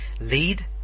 lead